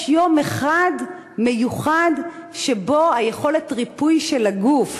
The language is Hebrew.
יום אחד מיוחד שבו יכולת הריפוי של הגוף